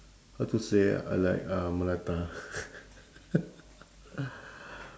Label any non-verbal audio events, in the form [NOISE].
how to say like uh melatah [LAUGHS]